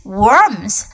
worms